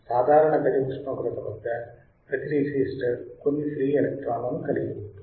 సాధారణ గది ఉష్ణోగ్రత వద్ద ప్రతీ రెసిస్టర్ కొన్ని ఫ్రీ ఎలక్ట్రాన్లను కలిగి ఉంటుంది